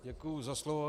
Děkuju za slovo.